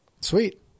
Sweet